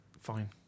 Fine